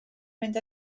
mynd